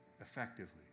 effectively